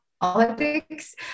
politics